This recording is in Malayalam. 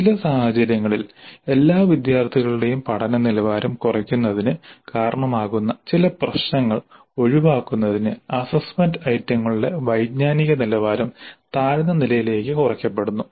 ചില സാഹചര്യങ്ങളിൽ എല്ലാ വിദ്യാർത്ഥികളുടെയും പഠന നിലവാരം കുറയ്ക്കുന്നതിന് കാരണമാകുന്ന ചില പ്രശ്നങ്ങൾ ഒഴിവാക്കുന്നതിന് അസ്സസ്സ്മെന്റ് ഐറ്റങ്ങളുടെ വൈജ്ഞാനിക നിലവാരം താഴ്ന്ന നിലയിലേക്ക് കുറയ്ക്കപ്പെടുന്നു